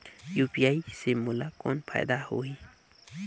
UPI से मोला कौन फायदा होही?